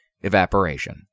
Evaporation